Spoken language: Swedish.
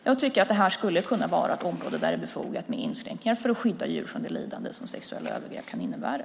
Jag tycker att det här skulle kunna vara ett område där det är befogat med inskränkningar för att skydda djur från det lidande som sexuella övergrepp kan innebära.